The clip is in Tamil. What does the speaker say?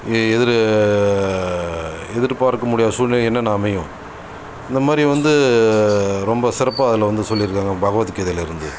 எதிரு எதிர் பார்க்க முடியாத சூழ்நிலை என்னென்ன அமையும் இந்தமாதிரி வந்து ரொம்ப சிறப்பாக அதுல வந்து சொல்லி இருக்காங்க பகவத் கீதையிலிருந்து